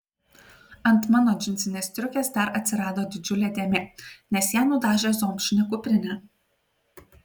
ant mano džinsinės striukės dar atsirado didžiulė dėmė nes ją nudažė zomšinė kuprinė